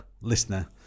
listener